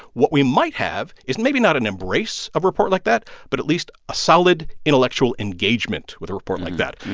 what we might have is maybe not an embrace a report like that but at least a solid intellectual engagement with a report like that.